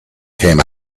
came